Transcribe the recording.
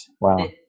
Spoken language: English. Wow